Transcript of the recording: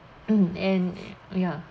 and ya